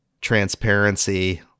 transparency